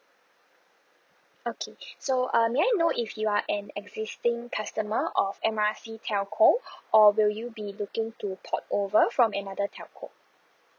okay sure so uh may I know if you are an existing customer of M R C telco or will you be looking to port over from another telco